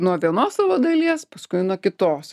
nuo vienos savo dalies paskui nuo kitos